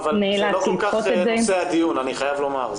זה לא כל כך נושא הדיון, אני חייב לומר.